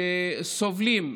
שסובלים.